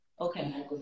okay